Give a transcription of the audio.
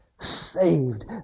saved